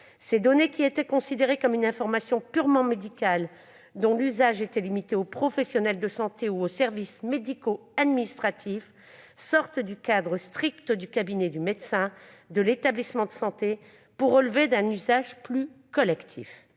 Ces données, qui étaient considérées comme des informations purement médicales dont l'usage était limité aux professionnels de santé ou aux services médico-administratifs, sortent du cadre strict du cabinet du médecin, de l'établissement de santé, pour relever d'un usage plus collectif.